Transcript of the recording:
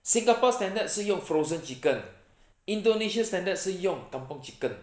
singapore standard 是用 frozen chicken indonesia standard 是用 kampung chicken